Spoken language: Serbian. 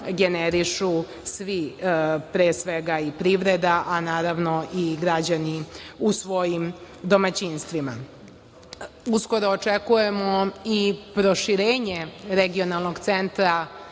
generišu svi, privreda i građani u svojim domaćinstvima. Uskoro očekujemo i proširenje regionalnog centra